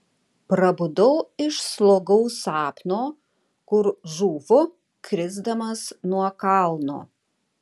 prabudau iš slogaus sapno kur žūvu krisdamas nuo kalno